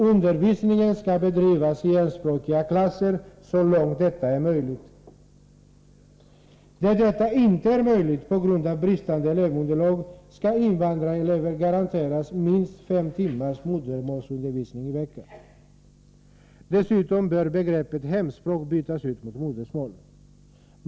Undervisningen skall bedrivas i enspråkiga klasser så långt detta är möjligt. Där detta inte är möjligt på grund av bristande elevunderlag skall invandrarelever garanteras minst fem timmars modersmålsundervisning i veckan. Dessutom bör begreppet hemspråk bytas ut mot modersmål.